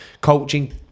coaching